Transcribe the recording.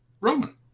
Roman